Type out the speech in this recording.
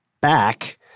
back